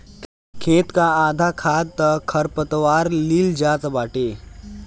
खेत कअ आधा खाद तअ खरपतवार लील जात बाटे